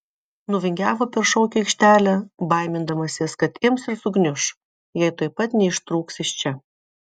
nuvingiavo per šokių aikštelę baimindamasis kad ims ir sugniuš jei tuoj pat neištrūks iš čia